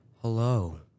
Hello